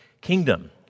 Kingdom